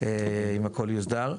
אם הכל יוסדר.